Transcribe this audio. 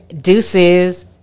Deuces